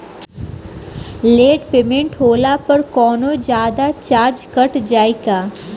Late payment होला पर कौनोजादे चार्ज कट जायी का?